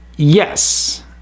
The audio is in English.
Yes